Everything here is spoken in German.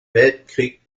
weltkrieg